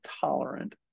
tolerant